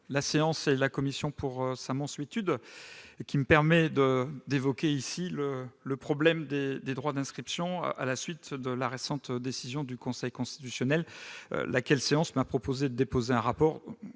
la séance et la commission de leur mansuétude, qui me permet d'évoquer le problème des droits d'inscription à la suite de la récente décision du Conseil constitutionnel. La séance m'a proposé de déposer un rapport,